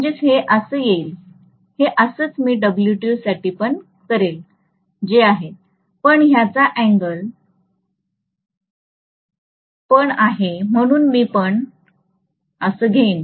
म्हणजेच हे असं येईल हे असेच मी W2 साठी पण करेल जे आहे पण ह्याचा अँगल पण आहे म्हणून मी असं घेईन